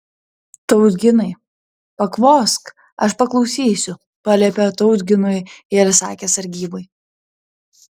tautginai pakvosk aš paklausysiu paliepė tautginui ir įsakė sargybai